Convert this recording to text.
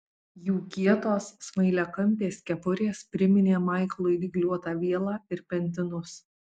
jų kietos smailiakampės kepurės priminė maiklui dygliuotą vielą ir pentinus